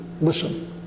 Listen